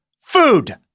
food